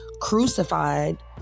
crucified